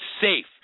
safe